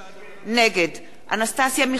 נגד אנסטסיה מיכאלי,